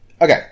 Okay